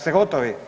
Ste gotovi?